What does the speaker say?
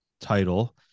title